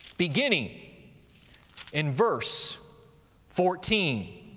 beginning in verse fourteen.